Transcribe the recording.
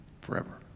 forever